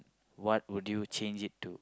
what would would you change it to